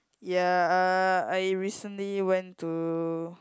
ya uh I recently went to